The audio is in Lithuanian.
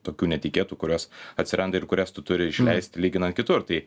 tokių netikėtų kurios atsiranda ir kurias tu turi išleisti lyginant kitur tai